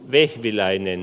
vihtiläinen